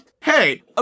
Hey